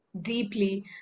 deeply